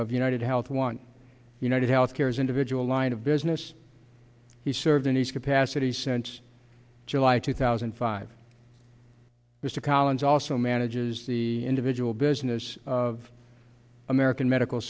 of united health want united health care's individual line of business he served in his capacity sense july two thousand and five mr collins also manages the individual business of american medical